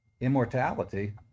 immortality